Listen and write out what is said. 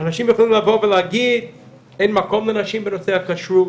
אנשים יכולים לבוא ולהגיד שאין מקום לנשים בנושא הכשרות,